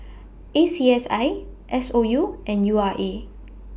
A C S I S O U and U R A